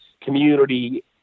community